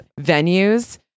venues